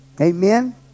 Amen